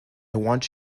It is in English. want